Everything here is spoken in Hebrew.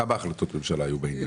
היו כמה החלטות ממשלה.